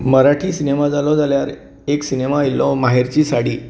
Marathi cinema जालो जाल्यार एक सिनेमा आयल्लो माहेरची साडी